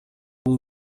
бул